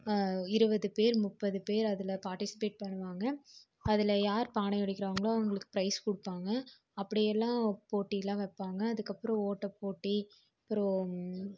இருபது பேர் முப்பது பேர் அதில் பார்ட்டிசிபேட் பண்ணுவாங்க அதில் யார் பானையை உடைக்கிறாங்களோ அவங்களுக்கு ப்ரைஸ் கொடுப்பாங்க அப்படியெல்லாம் போட்டில்லாம் வைப்பாங்க அதுக்கப்புறம் ஓட்டப்போட்டி அப்புறம்